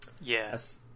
Yes